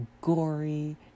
gory